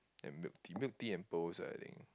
then milk tea milk tea and pearl also I think